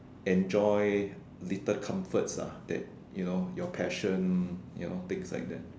enjoy little comforts ah that you know your passion you know things like that